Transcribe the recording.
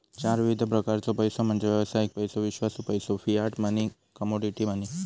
चार विविध प्रकारचो पैसो म्हणजे व्यावसायिक पैसो, विश्वासू पैसो, फियाट मनी, कमोडिटी मनी